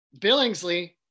billingsley